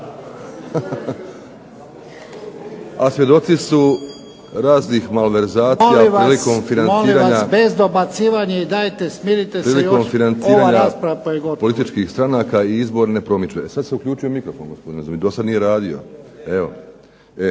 a svjedoci su raznih malverzacija prilikom financiranja... .../Upadica Jarnjak: Molim vas bez dobacivanja. I dajte smirite se. Još ova rasprava pa je gotovo./.... ... političkih stranaka i izborne promidžbe. Sad se uključio mikrofon gospodine, do sad nije radio. Postoje